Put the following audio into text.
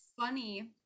funny